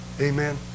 Amen